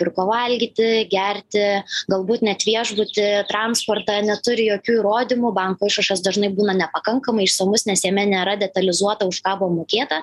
pirko valgyti gerti galbūt net viešbutį transportą neturi jokių įrodymų banko išrašas dažnai būna nepakankamai išsamus nes jame nėra detalizuota už ką buvo mokėta